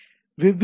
வெவ்வேறு ஹெச்